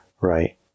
Right